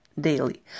daily